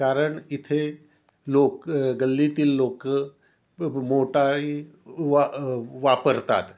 कारण इथे लोक गल्लीतील लोक मोटारी वा वापरतात